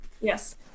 Yes